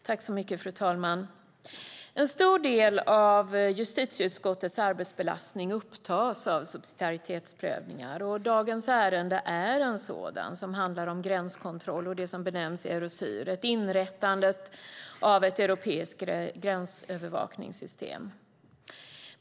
Fru talman! En stor del av justitieutskottets arbetsbelastning upptas av subsidiaritetsprövningar. Dagens ärende är en sådan som handlar om gränskontroll och det som benämns Eurosur, ett inrättande av ett europeiskt gränsövervakningssystem.